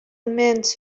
meant